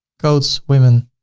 coats, women